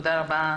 תודה רבה.